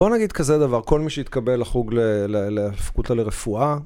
בוא נגיד כזה דבר, כל מי שיתקבל לחוג, לפקולטה לרפואה